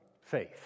faith